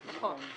בדיוק, נכון.